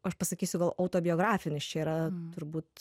aš pasakysiu gal autobiografinis čia yra turbūt